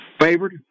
Favored